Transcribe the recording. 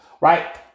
right